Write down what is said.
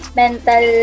mental